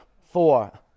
four